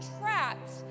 trapped